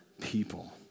people